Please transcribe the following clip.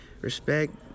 respect